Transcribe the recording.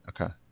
Okay